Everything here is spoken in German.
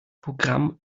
programm